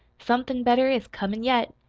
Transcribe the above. somethin' better is comin' yet.